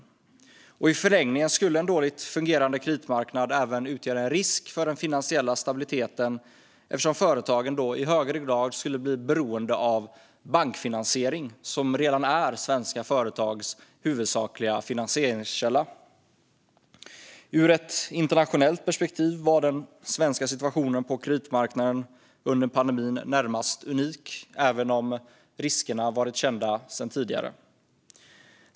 I förlängningen skulle en dåligt fungerande kreditmarknad även utgöra en risk för den finansiella stabiliteten eftersom företagen då i högre grad skulle bli beroende av bankfinansiering, som redan är svenska företags huvudsakliga finansieringskälla. Ur ett internationellt perspektiv var den svenska situationen på kreditmarknaden under pandemin närmast unik även om riskerna varit kända sedan tidigare.